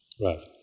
Right